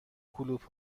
کلوپ